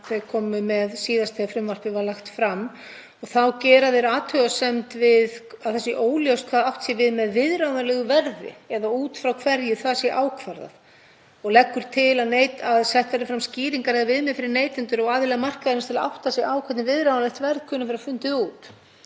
þau komu með síðast þegar frumvarpið var lagt fram. Þar er gerð athugasemd við að það sé óljóst hvað átt sé við með „viðráðanlegu verði“ eða út frá hverju það sé ákvarðað og lagt til að settar verði fram skýringar eða viðmið fyrir neytendur og aðila markaðarins til að átta sig á hvernig viðráðanlegt verð kunni að vera fundið út.